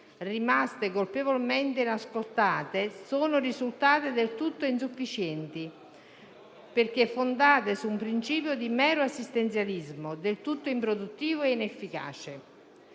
rimaste colpevolmente inascoltate, sono risultate del tutto insufficienti, perché fondate su un principio di mero assistenzialismo, assolutamente improduttivo e inefficace.